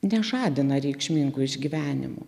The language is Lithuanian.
nežadina reikšmingų išgyvenimų